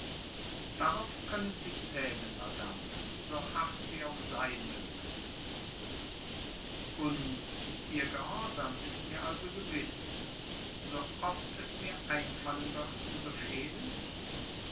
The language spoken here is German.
darauf können sie zählen madame so hart sie auch sein mögen und ihr gehorsam ist mir also gewiß so oft es mir einfallen wird zu befehlen